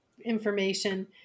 information